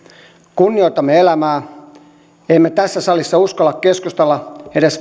kunnioitamme elämää emme tässä salissa uskalla keskustella edes